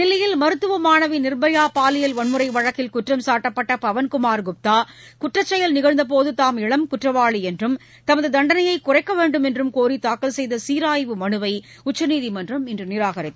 தில்லியில் மருத்துவ மாணவி நிர்பயா பாலியல் வன்முறை வழக்கில் குற்றம்சாட்டப்பட்ட பவன்குமா் குப்தா குற்றச்செயல் நிகழ்ந்த போது தாம் இளம் குற்றவாளி என்றும் தமது தண்டனையை குறைக்க வேண்டுமென்றும் கோி தாக்கல் செய்த சீராய்வு மனுவை உச்சநீதிமன்றம் இன்று நிராகரித்து